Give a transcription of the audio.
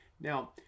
Now